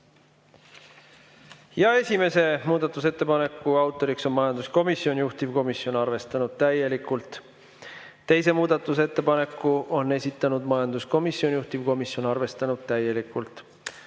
21. Esimese muudatusettepaneku autor on majanduskomisjon, juhtivkomisjon arvestanud täielikult. Teise muudatusettepaneku on esitanud majanduskomisjon, juhtivkomisjon arvestanud täielikult.